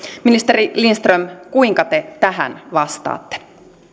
ministeri lindström kuinka te tähän vastaatte